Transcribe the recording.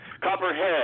Copperhead